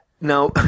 Now